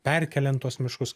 perkeliant tuos miškus